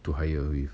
to hire with